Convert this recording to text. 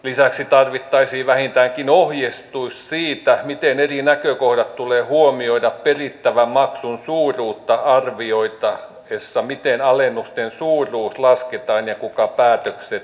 lisäksi tarvittaisiin vähintäänkin ohjeistus siitä miten eri näkökohdat tulee huomioida perittävän maksun suuruutta arvioitaessa miten alennusten suuruus lasketaan ja kuka päätökset tekee